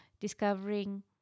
discovering